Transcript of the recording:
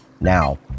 Now